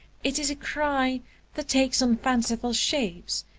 it is a cry that takes on fanciful shapes,